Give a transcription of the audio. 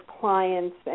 clients